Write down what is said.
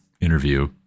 interview